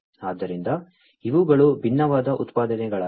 ಆದ್ದರಿಂದ ಇವುಗಳು ವಿಭಿನ್ನವಾದ ಉತ್ಪನ್ನಗಳಾಗಿವೆ